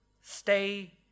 Stay